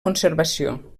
conservació